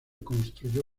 construyó